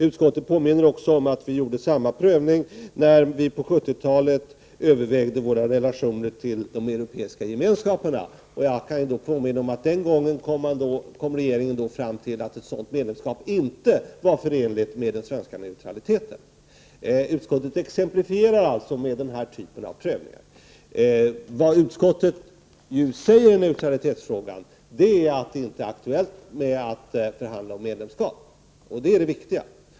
Utskottet påminner om att vi gjorde samma prövning när vi på 1970-talet övervägde våra relationer till de europeiska gemenskaperna. Jag kan påminna om att regeringen den gången kom fram till att ett sådant medlemskap inte var förenligt med den svenska neutraliteten. Utskottet exemplifierar alltså med den typen av prövningar. Vad utskottet säger i neutralitetsfrågan är att det inte är aktuellt att förhandla om medlemskap — det är det viktiga.